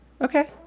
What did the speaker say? Okay